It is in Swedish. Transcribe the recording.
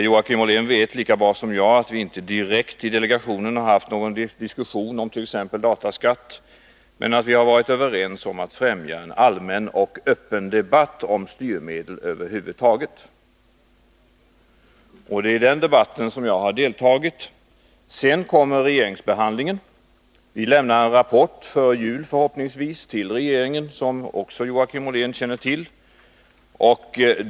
Joakim Ollén vet lika bra som jag att vi inte direkt i delegationen har haft någon diskussion om t.ex. dataskatt men att vi har varit överens om att främja en allmän och öppen debatt om styrmedel över huvud taget. Det är i den debatten som jag har deltagit. Sedan kommer regeringsbehandlingen. Vi lämnar en rapport till regeringen, förhoppningsvis till jul, som också Joakim Ollén känner till.